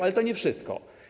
Ale to nie wszystko.